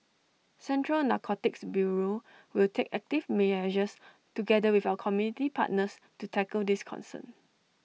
central narcotics bureau will take active measures together with our community partners to tackle this concern